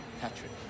Patrick